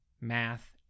math